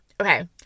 okay